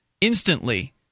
instantly